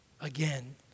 again